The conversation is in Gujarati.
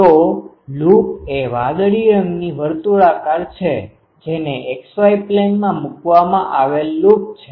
તો લૂપ એ વાદળી રંગની વર્તુળઆકાર છે જેને X Y પ્લેનમાં મૂકવામાં આવેલ લૂપ છે